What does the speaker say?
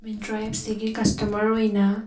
ꯃꯤꯟꯇ꯭ꯔꯥ ꯑꯦꯞꯁꯤꯒꯤ ꯀꯁꯀꯃꯔ ꯑꯣꯏꯅ